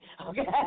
Okay